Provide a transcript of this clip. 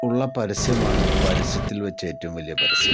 ഉള്ള പരസ്യമാണ് പരസ്യത്തിൽ വച്ച് ഏറ്റവും വലിയ പരസ്യം